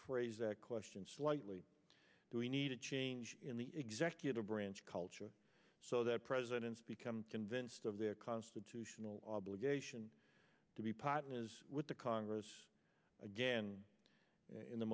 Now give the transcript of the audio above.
phrase that question slightly do we need a change in the executive branch culture so that presidents become convinced of a constitutional obligation to be partners with the congress again in the